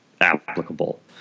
applicable